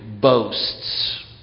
boasts